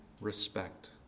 respect